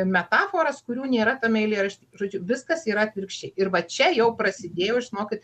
metaforas kurių nėra tame eilėraš žodžiu viskas yra atvirkščiai ir va čia jau prasidėjo žinokit